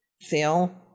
Phil